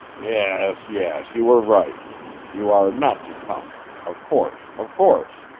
yes, yes, you were right you are not to come of course, of course.